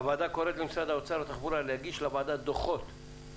הוועדה קוראת למשרד האוצר והתחבורה להגיש לוועדה דו"חות